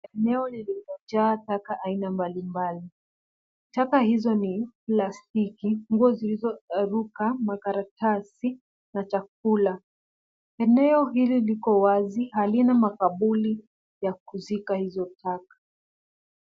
Eneo limejaa taka aina mbali mbali. Taka hizo ni plastiki, nguo zilizoraruka, makaratasi na chakula. Eneo hili liko wazi halina makaburi ya kuzika hizo taka.